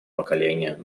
поколения